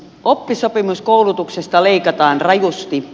oppisopimuskoulutuksesta leikataan rajusti